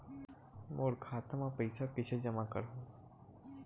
मोर खाता म पईसा कइसे जमा करहु?